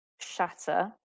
Shatter